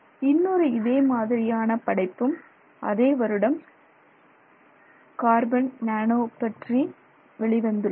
இன்னொரு இதே மாதிரியான படைப்பும் அதே வருடம் கார்பன் நானோ பற்றி பற்றி வெளிவந்துள்ளது